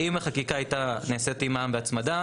אם החקיקה הייתה נעשית עם מע"מ והצמדה,